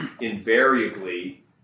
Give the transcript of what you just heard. invariably